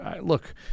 Look